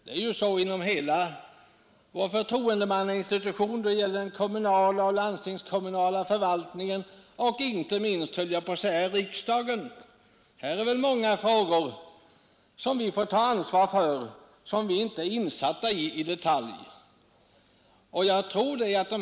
Det är så inom hela vår förtroendemannainstitution, inom den kommunala och landstingskommunala förvaltningen och kanske inte minst i riksdagen; vi får ta ansvar för många frågor som vi inte i detalj är insatta i.